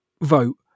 vote